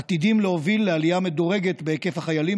עתידים להוביל לעלייה מדורגת בהיקף החיילים